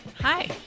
Hi